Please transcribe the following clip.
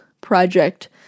project